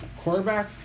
Quarterback